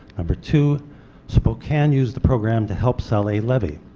number two spokane used the program to help sell a levy,